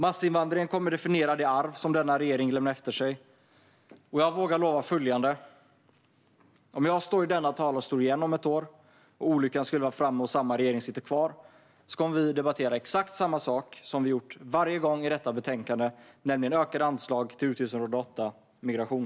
Massinvandringen kommer att definiera det arv som denna regering lämnar efter sig, och jag vågar lova följande: Om jag står i denna talarstol igen om ett år och olyckan skulle vara framme och samma regering sitter kvar kommer vi att debattera exakt samma sak som vi har gjort varje gång i detta betänkande, nämligen ökade anslag till utgiftsområde 8 Migration.